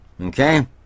okay